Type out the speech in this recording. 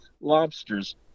lobsters